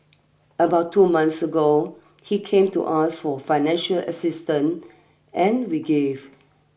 about two months ago he came to us for financial assistant and we gave